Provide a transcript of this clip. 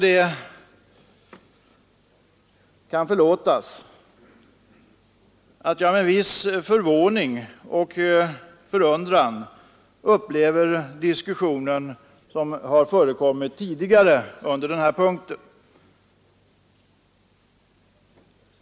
Det var med viss förvåning och förundran jag hörde den diskussion som förekommit tidigare under den här punkten.